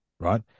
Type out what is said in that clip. Right